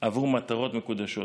עבור מטרות מקודשות.